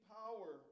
power